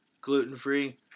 gluten-free